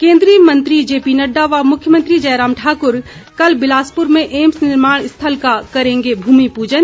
केन्द्रीय मंत्री जेपी नड्डा व मुख्यमंत्री जयराम ठाकुर कल बिलासपुर में एम्स निर्माण स्थल का करेंगे भूमि पूजन